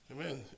amen